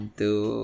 two